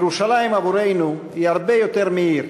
ירושלים עבורנו היא הרבה יותר מעיר,